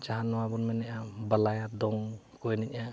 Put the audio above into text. ᱡᱟᱦᱟᱸ ᱱᱚᱣᱟ ᱵᱚᱱ ᱢᱮᱱᱮᱜᱼᱟ ᱵᱟᱞᱟᱭᱟ ᱫᱚᱝ ᱠᱚ ᱮᱱᱮᱡᱟ